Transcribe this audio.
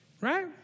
right